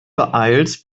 beeilst